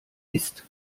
ist